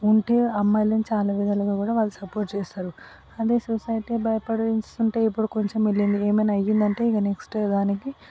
ఉంటే అమ్మాయిలను చాలా విధాలుగా కూడా వాళ్ళు సపోర్ట్ చేస్తారు అదే సొసైటీ బయపడిస్తుంటే ఇప్పుడు కొంచెం వెళ్ళింది ఏమైనా అయ్యిందంటే ఇక నెక్స్ట్ దానికి